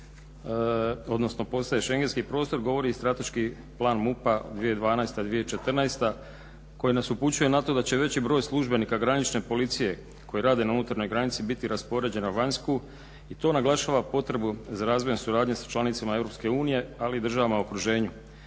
odnosno postaje šengenski prostor govori strateški plan MUP-a 2012.-2014.koji nas upućuje ne to da će veći broj službenika granične policije koji rade na unutarnjoj granici biti raspoređen na vanjsku i to naglašava potrebu za razvojem suradnje sa članicama EU ali i državama u okruženju,